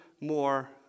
more